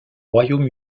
royaume